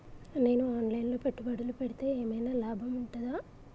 నేను online లో పెట్టుబడులు పెడితే ఏమైనా లాభం ఉంటదా?